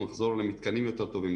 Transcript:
אנחנו נחזור למתקנים יותר טובים,